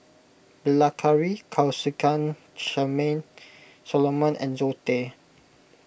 Bilahari Kausikan Charmaine Solomon and Zoe Tay